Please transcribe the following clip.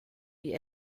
wie